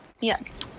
Yes